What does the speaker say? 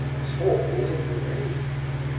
this hole a grave,